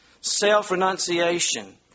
Self-renunciation